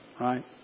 right